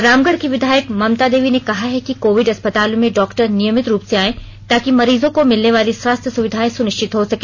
और रामगढ़ की विधायक ममता देवी ने कहा है कि कोविड अस्पतालों में डॉक्टर नियमित रूप से आएं ताकि मरीजों को मिलने वाली स्वास्थ्य सुविधाएं सुनिश्चित हो सके